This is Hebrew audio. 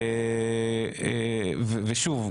שוב,